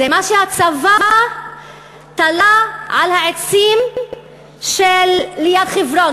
זה מה שהצבא תלה על העצים שליד חברון,